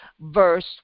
verse